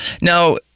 Now